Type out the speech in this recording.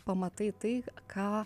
pamatai tai ką